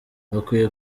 bakwiye